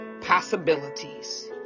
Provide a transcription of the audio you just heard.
possibilities